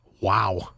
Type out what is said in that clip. Wow